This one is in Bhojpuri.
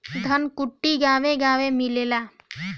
धनकुट्टी गांवे गांवे मिलेला